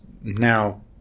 now